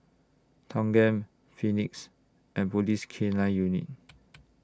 Thanggam Phoenix and Police K nine Unit